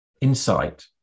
insight